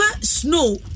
snow